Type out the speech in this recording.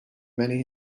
many